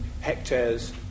hectares